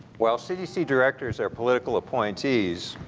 well, cdc directors are political appointees,